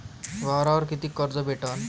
वावरावर कितीक कर्ज भेटन?